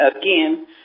Again